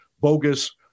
bogus